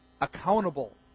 accountable